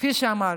כפי שאמרתי,